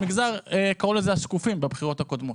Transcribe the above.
קראו לזה השקופים בבחירות הקודמות,